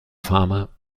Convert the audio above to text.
farmer